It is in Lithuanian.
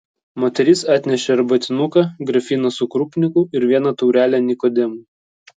moteris atnešė arbatinuką grafiną su krupniku ir vieną taurelę nikodemui